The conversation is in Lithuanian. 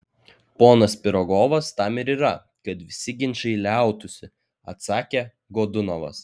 ponas pirogovas tam ir yra kad visi ginčai liautųsi atsakė godunovas